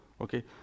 Okay